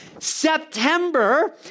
September